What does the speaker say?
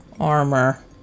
armor